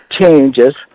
changes